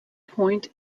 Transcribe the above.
point